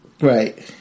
Right